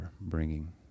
bringing